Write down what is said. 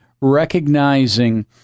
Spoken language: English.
recognizing